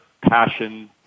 passion